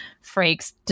freaks